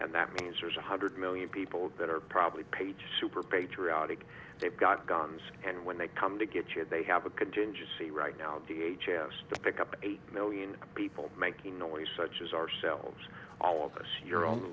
and that means there's one hundred million people that are probably page super patriotic they've got guns and when they come to get you they have a contingency right now the a chance to pick up a million people making noise such as ourselves all of us you're on the